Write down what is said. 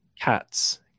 cats